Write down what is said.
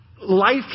life